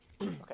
Okay